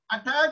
attack